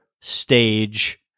stage